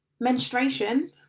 menstruation